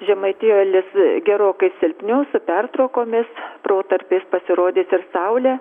žemaitijoj lis gerokai silpniau su pertraukomis protarpiais pasirodys ir saulė